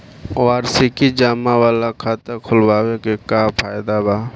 वार्षिकी जमा वाला खाता खोलवावे के का फायदा बा?